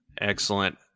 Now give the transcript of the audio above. Excellent